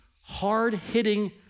hard-hitting